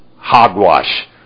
hogwash